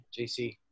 JC